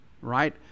right